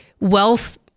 wealth